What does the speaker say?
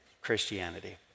Christianity